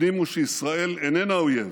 הפנימו שישראל איננה אויב